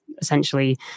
essentially